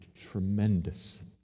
tremendous